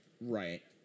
Right